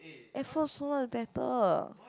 Air Force so much better